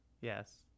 yes